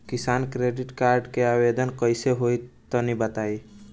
किसान credit card के आवेदन कईसे होई तनि बताई?